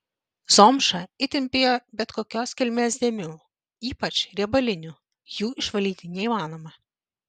zomša itin bijo bet kokios kilmės dėmių ypač riebalinių jų išvalyti neįmanoma